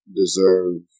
deserve